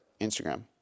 Instagram